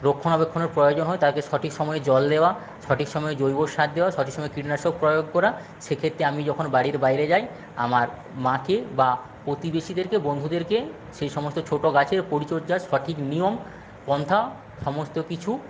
রক্ষণাবেক্ষণের প্রয়োজন হয় তাদের সঠিক সময়ে জল দেওয়া সঠিক সময়ে জৈব সার দেওয়া সঠিক সময়ে কীটনাশক প্রয়োগ করা সেক্ষেত্রে আমি যখন বাড়ির বাইরে যাই আমার মাকে বা প্রতিবেশীদেরকে বন্ধুদেরকে সেইসমস্ত ছোটো গাছের পরিচর্যার সঠিক নিয়ম পন্থা সমস্ত কিছু